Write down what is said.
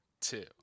two